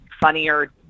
funnier